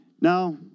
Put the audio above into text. Now